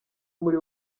muri